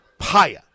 Paya